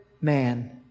man